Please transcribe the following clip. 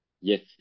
Yes